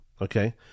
okay